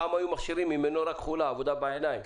פעם היו מכשירים עם מנורה כחולה, עבודה בעיניים,